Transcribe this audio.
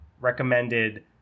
recommended